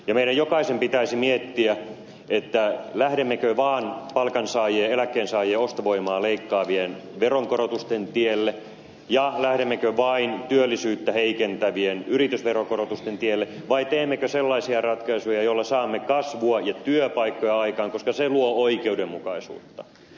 meidän jokaisen pitäisi miettiä lähdemmekö vaan palkansaajien eläkkeensaajien ostovoimaa leikkaavien veronkorotusten tielle ja lähdemmekö vain työllisyyttä heikentävien yritysveron korotusten tielle vai teemmekö sellaisia ratkaisuja joilla saamme kasvua ja työpaikkoja aikaan koska se luo oikeudenmukaisuutta